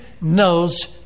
knows